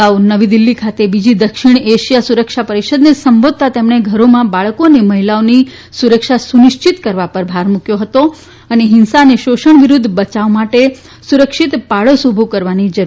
અગાઉ નવી દિલ્હી ખાતે બીજી દક્ષિણ એશિયા સુરક્ષા પરીષદને સંબોતા તેમણે ઘરોમાં બાળકો અને મહિલાઓની સુરક્ષા સુનિશ્ચિત કરવા પર ભાર મુકથો હતો અને હિંસા અને શોષણ વિરૂધ્ધ બયાવ માટે સુરક્ષિત પાડોશ ઉભો કરવાની જરૂરીયાત જણાવી છે